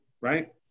right